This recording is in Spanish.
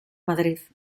madrid